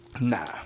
Nah